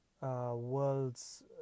worlds